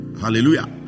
hallelujah